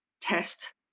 test